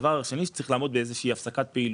הדבר השני, צריך לעמוד באיזושהי הפסקת פעילות.